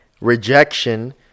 rejection